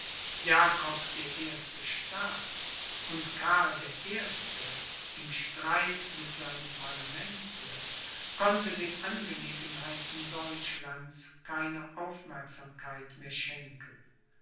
jakob der erste starb und karl der erste im streit mit seinem parlamente konnte den angelegenheiten deutschlands keine aufmerksamkeit mehr schenken